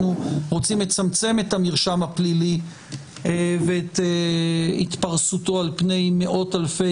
רוצים לצמצם את המרשם הפלילי ואת התפרסותו על פני מאות אלפי,